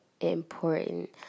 important